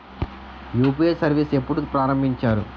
UPI service ఎప్పుడు ప్రారంభించారు?